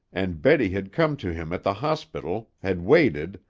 and betty had come to him at the hospital, had waited,